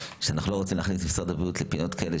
שאנחנו לא רוצים להכניס את משרד הבריאות לפינות כאלה,